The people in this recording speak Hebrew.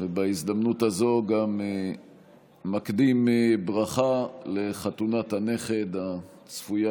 ובהזדמנות הזאת גם נקדים ברכה על חתונת הנכד הצפויה,